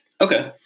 Okay